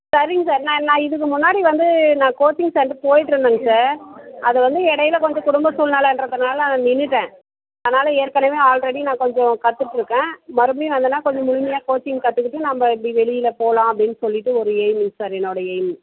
சரிங்க சார் நான் நான் இதுக்கு முன்னாடி வந்து நான் கோச்சிங் சென்ட்ரு போய்கிட்டு இருந்தேங்க சார் அது வந்து இடையில கொஞ்சம் குடும்ப சூழ்நெலன்றதனால நான் நின்றுட்டேன் அதனால் ஏற்கனவே ஆல்ரெடி நான் கொஞ்சம் கற்றுட்ருக்கேன் மறுபடியும் வந்தேன்னால் கொஞ்சம் முழுமையா கோச்சிங் கற்றுக்கிட்டு நம்ம இப்படி வெளியில் போகலாம் அப்படின்னு சொல்லிட்டு ஒரு எய்முங்க சார் என்னோடய எய்மு